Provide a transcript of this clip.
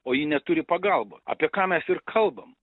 o ji neturi pagalba apie ką mes ir kalbam